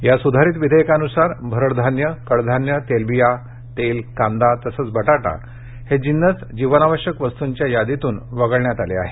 या सुधारीत विधेयकानुसार भरड धान्य कडधान्य तेलबिया तेल कांदा तसंच बटाटा हे जिन्नस जीवनावश्यक वस्तूंच्या यादीतून वगळण्यात आले आहेत